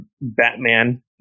Batman